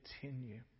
continue